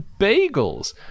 bagels